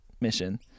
mission